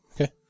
Okay